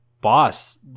boss